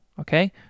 okay